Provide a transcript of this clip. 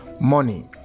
money